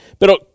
pero